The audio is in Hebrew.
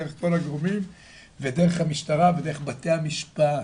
דרך כל הגורמים ודרך המשטרה ודרך בתי המשפט,